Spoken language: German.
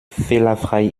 fehlerfrei